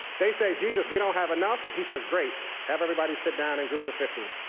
they say jesus, we don't have enough. he says great. have everybody sit down in groups of fifty.